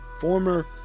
Former